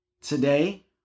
today